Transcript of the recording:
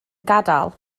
gadael